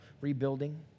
rebuilding